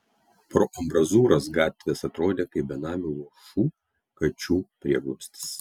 pro ambrazūras gatvės atrodė kaip benamių luošų kačių prieglobstis